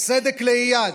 צדק לאיאד.